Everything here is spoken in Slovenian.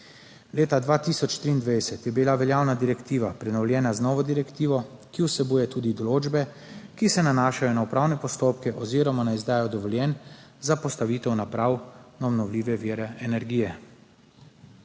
Leta 2023 je bila veljavna direktiva prenovljena z novo direktivo, ki vsebuje tudi določbe, ki se nanašajo na upravne postopke oziroma na izdajo dovoljenj za postavitev naprav na obnovljive vire energije.